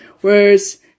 whereas